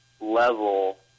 level